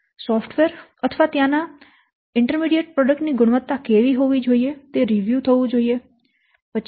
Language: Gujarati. સોફ્ટવેર અથવા ત્યાંના મધ્યવર્તી પ્રોડક્ટ ની ગુણવત્તા કેવી હોવી જોઈએ તે રિવ્યૂ થવું જોઈએ